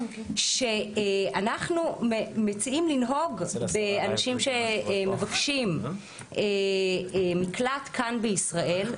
אנחנו מציעים לנהוג באנשים שמבקשים מקלט כאן בישראל,